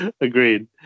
Agreed